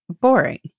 boring